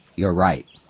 you're right.